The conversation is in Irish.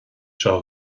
seo